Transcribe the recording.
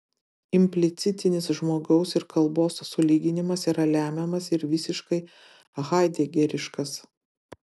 implicitinis žmogaus ir kalbos sulyginimas yra lemiamas ir visiškai haidegeriškas